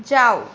যাও